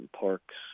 parks